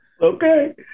Okay